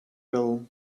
will